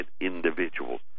individuals